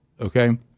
okay